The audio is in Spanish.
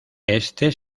este